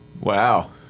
Wow